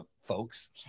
folks